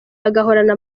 agahorana